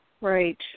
Right